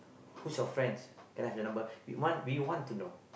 which of friends can I have the number we want we want to know